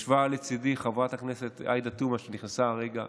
ישבה לצידי חברת הכנסת עאידה תומא, שנכנסה הרגע.